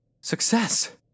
Success